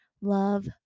Love